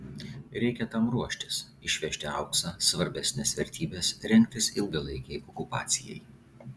reikia tam ruoštis išvežti auksą svarbesnes vertybes rengtis ilgalaikei okupacijai